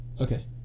Okay